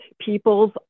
people's